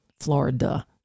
Florida